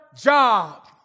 job